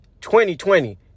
2020